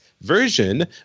version